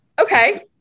Okay